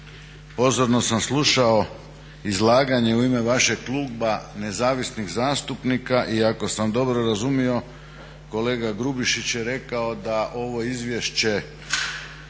pozorno sam slušao izlaganje u ime vašeg kluba nezavisnih zastupnika i ako sam dobro razumio kolega Grubišić je rekao da ovo izvješće